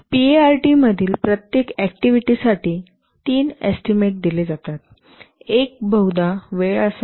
PERT मधील प्रत्येक ऍक्टिव्हिटीसाठी 3 एस्टीमेट दिले जातात एक बहुधा वेळ असावी